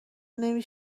نمی